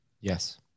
Yes